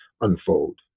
unfold